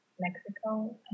Mexico